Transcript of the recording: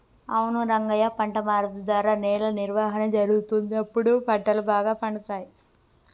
అవును రంగయ్య పంట మార్పు ద్వారా నేల నిర్వహణ జరుగుతుంది, గప్పుడు పంటలు బాగా పండుతాయి